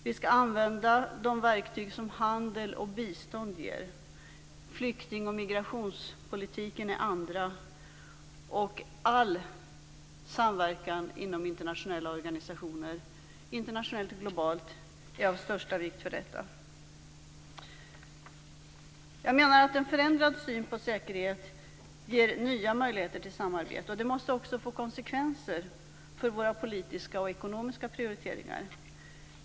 Vi skall använda de verktyg som handel och bistånd ger. Flykting och migrationspolitiken är andra. All samverkan inom internationella organisationer internationellt och globalt är av största vikt för detta. Jag menar att en förändrad syn på säkerhet ger nya möjligheter till samarbete. Det måste också få konsekvenser för våra politiska och ekonomiska prioriteringar.